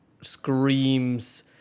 screams